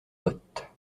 bottes